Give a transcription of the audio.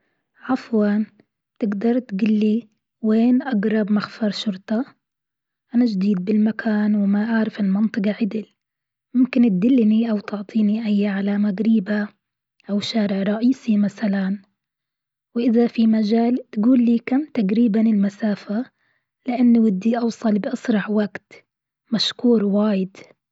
عفوا تقدر تقول لي وين أقرب مخفر شرطة؟ أنا جديد بالمكان وما أعرف المنطقة عدل، ممكن تدلني أو تعطيني أي علامة قريبة أو شارع رئيسي مثلا، وإذا في مجال تقول لي كم تقريبا المسافة؟ لانه ودي أوصل بأسرع وقت، مشكور واجد.